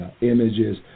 images